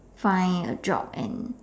find a job and